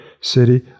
city